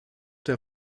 der